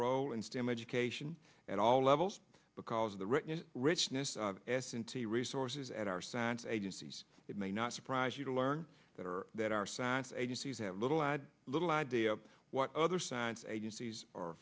role in stem education at all levels because of the written richness s m t resources at our science agencies it may not surprise you to learn that our science agencies have little had little idea what other science agencies are